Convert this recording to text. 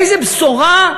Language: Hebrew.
איזה בשורה,